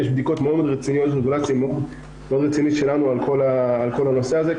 יש בדיקות מאוד מאוד רציניות ורגולציה רצינית שלנו על כל הנושא הזה.